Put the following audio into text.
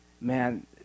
Man